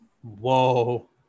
Whoa